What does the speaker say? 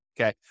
Okay